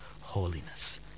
holiness